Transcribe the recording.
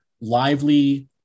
lively